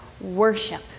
worship